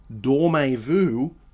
dormez-vous